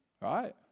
Right